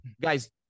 guys